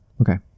Okay